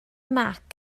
mag